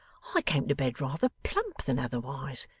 i came to bed rather plump than otherwise,